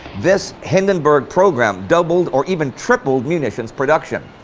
this hindenburg program doubled or even tripled munitions production.